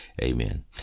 Amen